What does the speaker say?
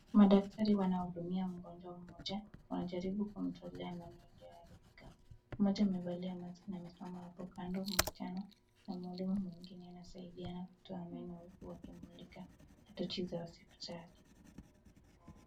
Madaktari wanahudumia mgonjwa mmoja wanajaribu kumtolea meno iliyoharibika. Mmoja amevalia maski amesiamamhapo kando msichana na mhudumu mwingine anasaidia kutoa meno huku akimulika na tochi za hospitali.